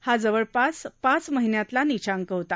हा जवळपास पाच महिन्यातला नीचांक होता